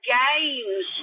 games